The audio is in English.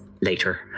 later